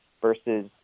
versus